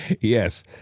Yes